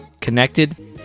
connected